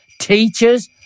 teachers